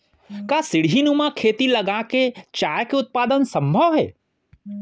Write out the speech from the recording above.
का सीढ़ीनुमा खेती लगा के चाय के उत्पादन सम्भव हे?